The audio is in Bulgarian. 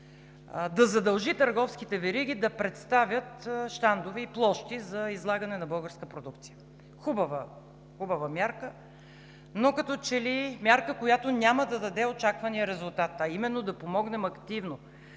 да задължи търговските вериги да предоставят щандове и площи за излагане на българска продукция. Хубава мярка, но като че ли мярка, която няма да даде очаквания резултат, а именно да помогнем активно